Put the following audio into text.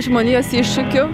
žmonijos iššūkių